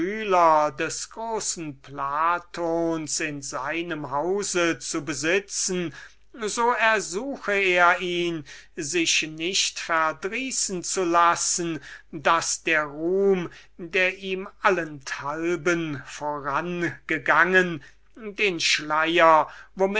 des großen platons in seinem hause zu besitzen so ersuchte er ihn zufrieden zu sein daß der ruhm der ihm allenthalben vorangegangen sei den schleier